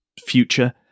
future